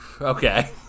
Okay